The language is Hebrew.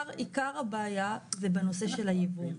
עיקר הבעיה זה בנושא של הייבוא.